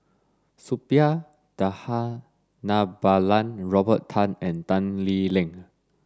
Suppiah Dhanabalan Robert Tan and Tan Lee Leng